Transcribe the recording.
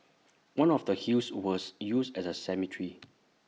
one of the hills was used as A cemetery